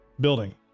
building